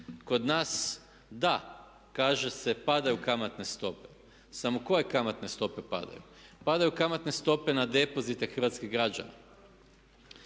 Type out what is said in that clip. Kod nas, da, kaže se padaju kamatne stope. Samo koje kamatne stope padaju? Padaju kamatne stope na depozite hrvatskih građana.